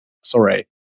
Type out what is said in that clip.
Sorry